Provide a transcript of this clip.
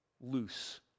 loose